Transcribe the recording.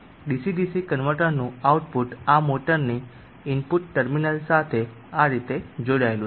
DC DC કન્વર્ટરનું output આ મોટરની ઇનપુટ ટર્મિનલ્સ સાથે આ રીતે જોડાયેલું છે